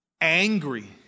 Angry